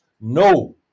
No